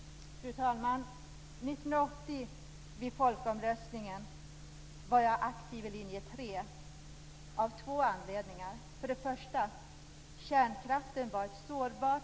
Fru talman! År 1980 vid folkomröstningen var jag aktiv i linje 3 av två anledningar. För det första var kärnkraften ett sårbart...